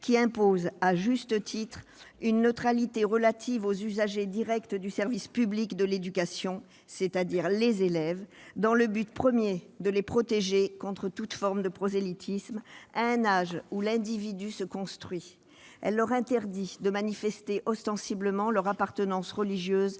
qui impose, à juste titre, une neutralité aux usagers directs du service public de l'éducation, c'est-à-dire les élèves, dans le but premier de les protéger contre toute forme de prosélytisme, à un âge où l'individu se construit. Elle leur interdit de manifester ostensiblement leur appartenance religieuse